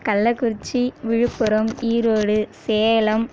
Kallakurichi Viluppuram Erode Salem